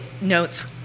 notes